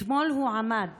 אתמול הוא עמד